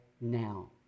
now